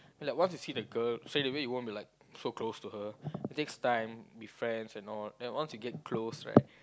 like once you see the girl so that way you won't be so close to her it takes time to be friend and all and once you get close right